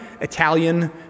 Italian